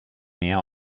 mehr